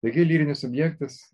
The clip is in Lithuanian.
taigi lyrinis subjektas